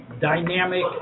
dynamic